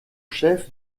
chef